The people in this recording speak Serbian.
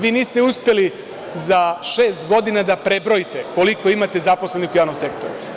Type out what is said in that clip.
Vi niste uspeli za šest godina da prebrojite koliko imate zaposlenih u javnom sektoru.